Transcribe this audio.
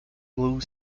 blue